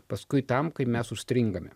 paskui tam kai mes užstringame